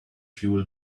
fuel